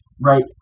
Right